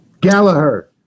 Gallagher